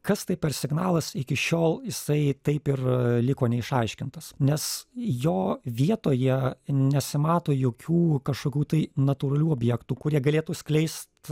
kas tai per signalas iki šiol jisai taip ir liko neišaiškintas nes jo vietoje nesimato jokių kažkokių tai natūralių objektų kurie galėtų skleist